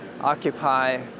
Occupy